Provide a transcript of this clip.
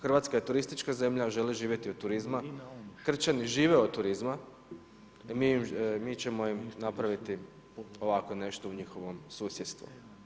Hrvatska je turistička zemlja želi živjeti od turizma Krčani žive od turizma i mi ćemo im napraviti ovako nešto u njihovom susjedstvu.